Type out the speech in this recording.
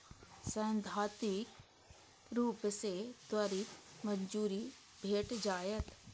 सैद्धांतिक रूप सं त्वरित मंजूरी भेट जायत